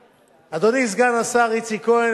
אדוני סגן השר איציק כהן,